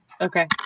Okay